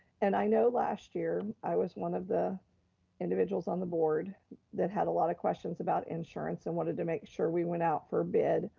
and i know last year, i was one of the individuals on the board that had a lot of questions about insurance, and wanted to make sure we went out for a bid.